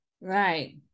Right